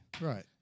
Right